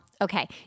okay